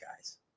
guys